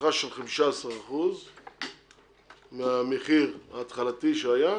הנחה של 15% מהמחיר ההתחלתי שהיה,